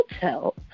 hotel